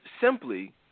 simply